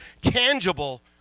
tangible